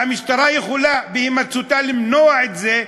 והמשטרה יכולה בהימצאותה למנוע את זה.